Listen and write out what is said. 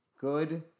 good